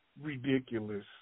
ridiculous